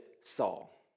Saul